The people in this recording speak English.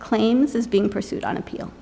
claims is being pursued on appeal